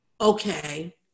Okay